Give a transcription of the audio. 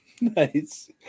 Nice